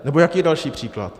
Nebo jaký je další příklad?